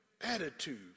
attitude